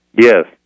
Yes